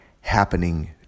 happening